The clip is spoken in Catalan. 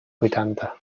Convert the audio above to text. vuitanta